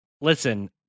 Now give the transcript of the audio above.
Listen